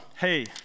hey